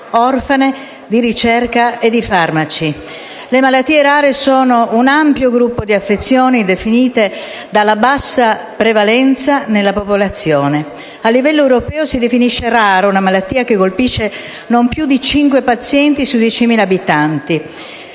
di ricerca e di farmaci. Le malattie rare sono un ampio gruppo di affezioni definite dalla bassa prevalenza nella popolazione. A livello europeo si definisce rara una malattia che colpisce non più di 5 pazienti su 10.000 abitanti